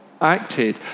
acted